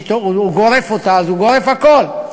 וכשהוא גורף אותה אז הוא גורף הכול.